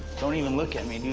don't even look at me dude.